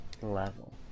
Level